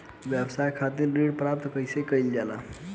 व्यवसाय खातिर ऋण प्राप्त कइसे कइल जाला?